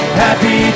happy